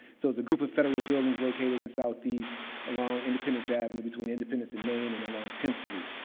so, it's a group of federal buildings located in southeast along independence avenue between independence in maine and along tenth street.